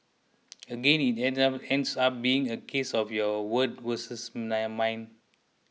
again it ends up ends up being a case of your word versus mine